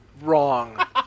wrong